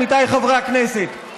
עמיתיי חברי הכנסת,